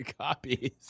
copies